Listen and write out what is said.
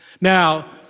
Now